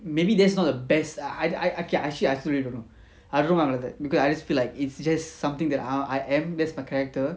maybe that's not the best I I okay actually I also really don't know I don't know lah like that because I just feel like it's just something that I am that's my character